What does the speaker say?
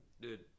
Dude